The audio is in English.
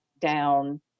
down